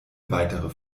weitere